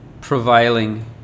prevailing